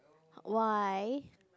why